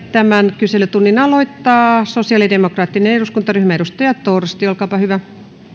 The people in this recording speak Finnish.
tämän kyselytunnin aloittaa sosialidemokraattinen eduskuntaryhmä edustaja torsti olkaapa hyvä